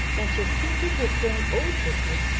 that your secret has grown old with you.